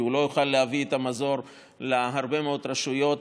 כי הוא לא יוכל להביא מזור להרבה מאוד רשויות,